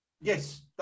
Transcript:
Yes